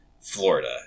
Florida